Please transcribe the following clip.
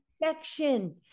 infection